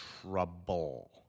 trouble